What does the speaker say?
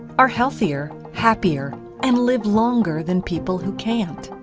are healthier, happier, and live longer than people who can't.